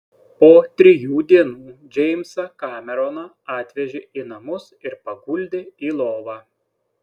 po trijų dienų džeimsą kameroną atvežė į namus ir paguldė į lovą